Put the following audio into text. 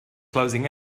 closing